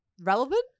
relevant